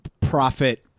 profit